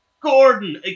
Gordon